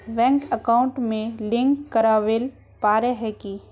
Bank account में link करावेल पारे है की?